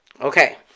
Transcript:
Okay